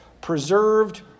preserved